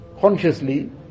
consciously